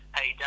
Hey